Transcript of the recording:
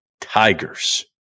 Tigers